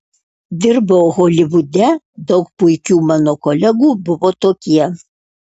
dirbau holivude daug puikių mano kolegų buvo tokie